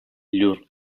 llur